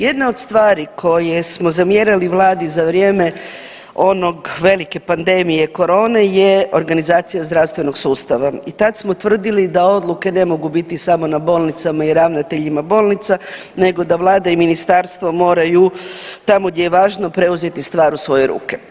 Jedna od stvari koje smo zamjerali Vladi za vrijeme one velike pandemije korone je organizacija zdravstvenog sustava i tad smo tvrdili da odluke ne mogu biti samo na bolnicama i ravnateljima bolnica, nego da Vlada i ministarstvo moraju tamo gdje je važno preuzeti stvar u svoje ruke.